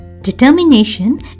Determination